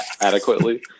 adequately